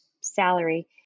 salary